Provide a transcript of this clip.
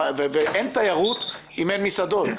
ואין תיירות אם אין מסעדות.